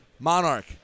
Monarch